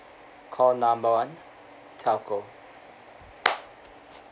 call number one telco